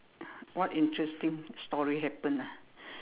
what interesting story happened ah